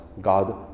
God